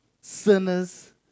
sinners